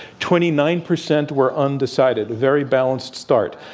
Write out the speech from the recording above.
twenty nine percent were undecided. a very balanced start.